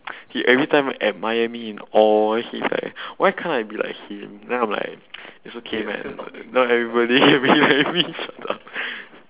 he everytime like admire me in awe he like why can't I be like him then I'm like it's okay man not everybody will be like me shut up